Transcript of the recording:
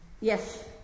yes